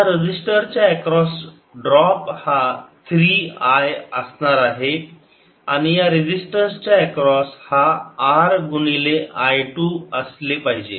या रजिस्टरच्या across drop हा थ्री I असणार आहे आणि या रेजिस्टन्स च्या एक्रॉस हा R गुणिले I टू असले पाहिजे